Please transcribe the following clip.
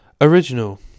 Original